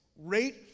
rate